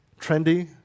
trendy